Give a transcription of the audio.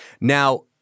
Now